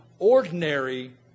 ordinary